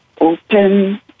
open